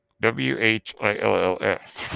W-H-I-L-L-S